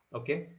okay